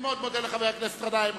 אני מאוד מודה לחבר הכנסת גנאים.